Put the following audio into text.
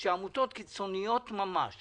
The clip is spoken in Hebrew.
שעמותות קיצוניות ממש